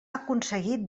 aconseguit